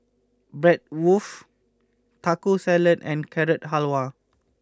Bratwurst Taco Salad and Carrot Halwa